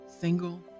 single